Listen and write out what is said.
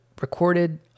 recorded